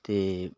ਅਤੇ